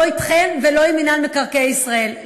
לא אתכם ולא עם מינהל מקרקעי ישראל.